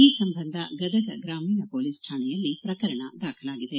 ಈ ಸಂಬಂಧ ಗದಗ ಗ್ರಾಮೀಣ ಪೊಲೀಸ್ ಠಾಣೆಯಲ್ಲಿ ಪ್ರಕರಣ ದಾಖಲೆಯಾಗಿದೆ